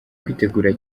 kwitegura